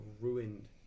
ruined